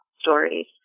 stories